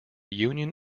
union